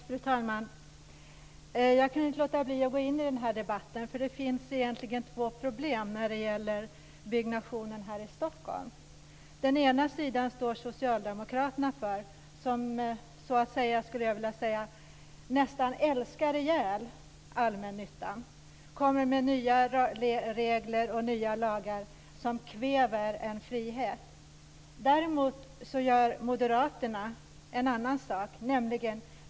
Fru talman! Jag kan inte låta bli att gå in i den här debatten, för det finns egentligen två problem när det gäller byggnationen här i Stockholm. På den ena sidan står socialdemokraterna. Jag skulle vilja säga att de nästan älskar ihjäl allmännyttan. De kommer med nya regler och nya lagar som kväver friheten. Moderaterna gör däremot något annat.